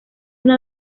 una